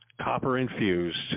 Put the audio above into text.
copper-infused